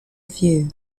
view